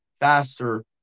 faster